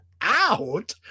out